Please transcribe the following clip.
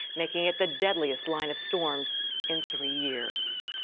making it the deadliest line of storms in three years.